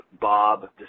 Bob